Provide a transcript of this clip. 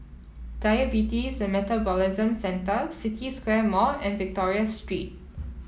Diabetes and Metabolism Centre City Square Mall and Victoria Street